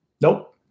Nope